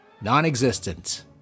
non-existent